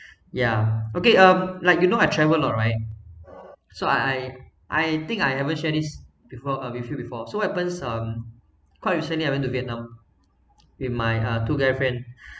yeah okay uh like you know I travel a lot right so I I I think I ever shared this before uh with you before so happens um quite recently I went to vietnam with my uh two guy friend